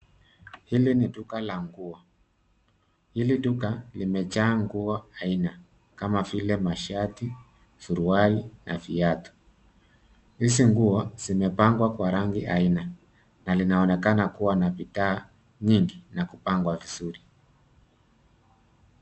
Hili ni duka la nguo. Hili duka limejaa nguo aina kama vile mashati, suruali na viatu. Hizi nguo zimepangwa kwa rangi aina na linaonekana kuwa na bidhaa nyingi na kupangwa vizuri.